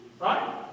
right